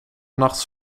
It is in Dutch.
nachts